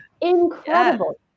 incredible